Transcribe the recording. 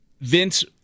Vince